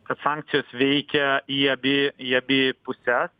kad sankcijos veikia į abi į abi puses